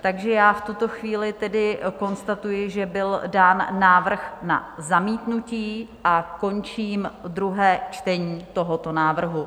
Takže já v tuto chvíli tedy konstatuji, že byl dán návrh na zamítnutí, a končím druhé čtení tohoto návrhu.